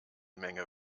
menge